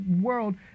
world